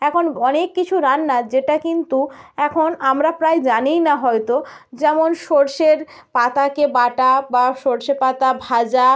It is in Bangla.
এখন অনেক কিছু রান্নার যেটা কিন্তু এখন আমরা প্রায় জানিই না হয়তো যেমন সরষের পাতাকে বাটা বা সরষে পাতা ভাজা